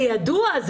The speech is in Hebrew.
זה ידוע.